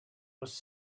was